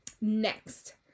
next